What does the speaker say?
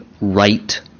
right